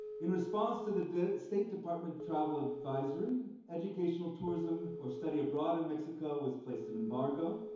in response to the state department travel advisory, educational tourism or study abroad in mexico was placed in embargo.